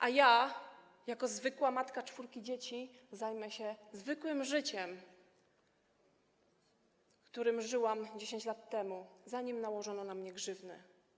A ja jako zwykła matka czwórki dzieci zajmę się zwykłym życiem, którym żyłam 10 lat temu, zanim nałożono na mnie grzywny.